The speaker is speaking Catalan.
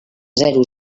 zero